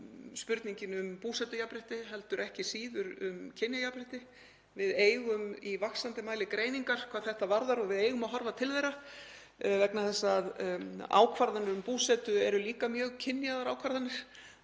spurningin um búsetujafnrétti heldur ekki síður um kynjajafnrétti sem þar er undir. Við eigum í vaxandi mæli greiningar hvað þetta varðar og við eigum að horfa til þeirra vegna þess að ákvarðanir um búsetu eru líka mjög kynjaðar ákvarðanir.